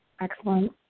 Excellent